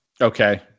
Okay